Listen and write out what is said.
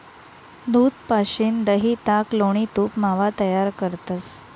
दूध पाशीन दही, ताक, लोणी, तूप, मावा तयार करतंस